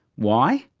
why?